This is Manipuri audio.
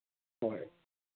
ꯍꯣꯏ